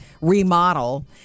Remodel